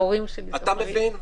אתה מבין?